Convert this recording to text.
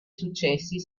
successi